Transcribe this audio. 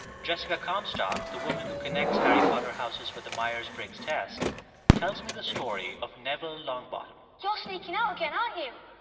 jessica comstock, the woman who connects harry potter houses with the myers-briggs test tells me the story of neville longbottom you're sneaking out ah again, aren't you?